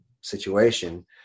situation